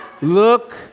look